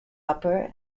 upper